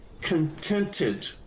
contented